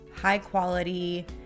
high-quality